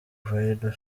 bridal